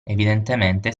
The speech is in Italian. evidentemente